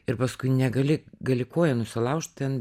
ir paskui negali gali koją nusilaužt ten